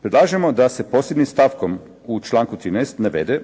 Predlažemo da se posebnim stavkom u članku 13. navede